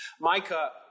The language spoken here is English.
Micah